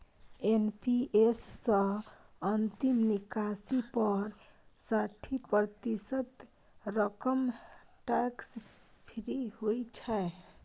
NPS सं अंतिम निकासी पर साठि प्रतिशत रकम टैक्स फ्री होइ छै